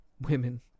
women